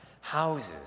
houses